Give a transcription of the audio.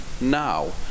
now